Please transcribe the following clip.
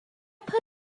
put